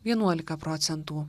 vienuolika procentų